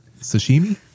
Sashimi